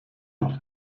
not